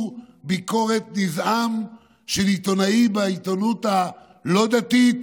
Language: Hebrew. ביקורת נזעם של עיתונאי בעיתונות הלא-דתית